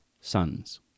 Sons